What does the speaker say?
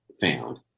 found